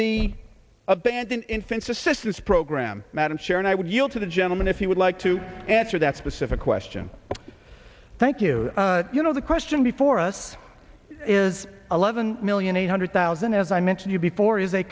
the abandoned infants assistance program madam chair and i would yield to the gentleman if you would like to answer that specific question thank you you know the question before us is eleven million eight hundred thousand as i mentioned before is